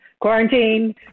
quarantine